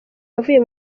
yavuye